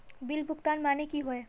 Bill भुगतान माने की होय?